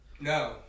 No